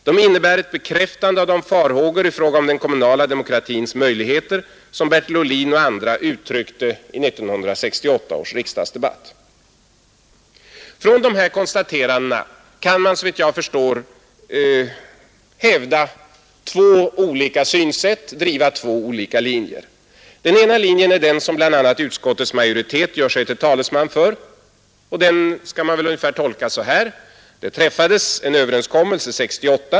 De innebär ett bekräftande av de farhågor i fråga om den kommunala demokratins möjligheter som Bertil Ohlin och andra uttryckte i 1968 års riksdagsdebatt. Man kan utifrån dessa konstateranden hävda två olika linjer. Den ena linjen är den som bl.a. utskottets majoritet gör sig till talesman för: Det träffades en överenskommelse 1968.